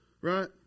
right